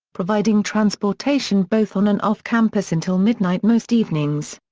providing transportation both on and off campus until midnight most evenings.